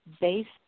based